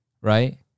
Right